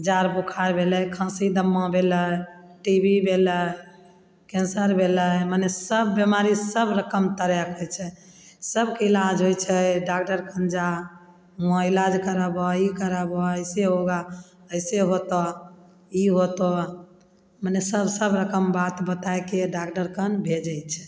जार बुखार भेलय खाँसी दमा भेलय टी बी भेलय केंसर भेलय मने सब बीमारी सब रकम तरहके छै सबके इलाज होइ छै डॉक्टर कन जा वहाँ इलाज कराबऽ ई कराबऽ ऐसे होगा ऐसे होतऽ ई होतऽ मने सब रकम बात बतायके डॉक्टर कन भेजय छै